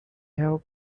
have